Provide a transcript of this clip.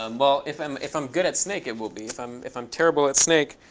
um well, if i'm if i'm good at snake, it will be. if i'm if i'm terrible at snake,